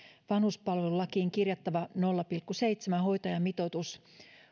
vanhuspalvelulakiin kirjattava nolla pilkku seitsemän hoitajamitoitus